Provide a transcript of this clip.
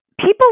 people